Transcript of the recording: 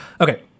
Okay